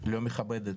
מכבדת